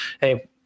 Hey